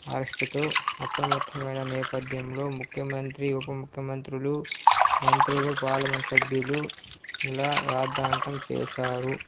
అర్షతో అప్రమత్తమైన నేపథ్యంలో ముఖ్యమంత్రి ఉప ముఖ్యమంత్రులు మంత్రులు పార్లమెంట్ సభ్యులు ఇలా రాద్ధాంతం చేశారు